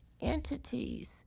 entities